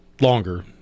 longer